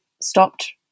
stopped